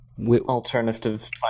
Alternative